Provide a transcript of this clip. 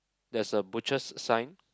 there's a butchers' sign